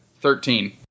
Thirteen